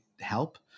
help